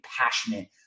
passionate